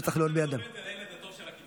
למה תמיד אתה אומר את זה לילד הטוב של הכיתה?